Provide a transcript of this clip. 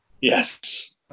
Yes